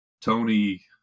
Tony